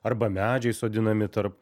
arba medžiai sodinami tarp